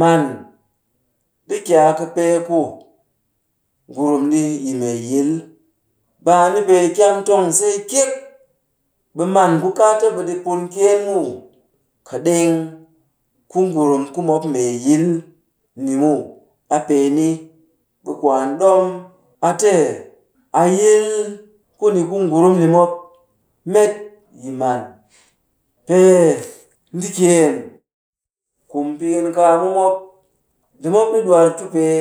Man, ɗi ki a kɨpee ku ngurum ɗi yi mee yil. Baa ni pee kyam tong see kyek, ɓe man ku kaata ɓe ɗi pun kyeen muw. Kat ɗeng ku ngurum ku mop mee yil ni muw. A pee ni, ɓe kwaan a ɗom a te a yil ku ni ku ngurum ni mop met yi man. Pee ndi kyeen, kum pikinkaam mu mop, ndi mop ɗi ɗwar tu pee